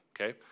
Okay